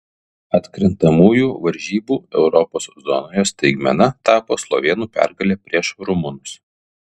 atkrintamųjų varžybų europos zonoje staigmena tapo slovėnų pergalė prieš rumunus